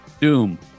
Doom